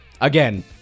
Again